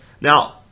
Now